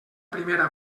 primera